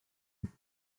plait